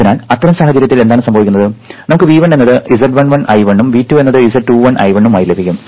അതിനാൽ അത്തരം സാഹചര്യങ്ങളിൽ എന്താണ് സംഭവിക്കുന്നത് നമുക്ക് V1 എന്നത് Z11 I1 ഉം V2 എന്നത് Z21 I1 ഉം ആയി ലഭിക്കും